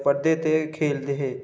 पढ़दे ते खेलदे हे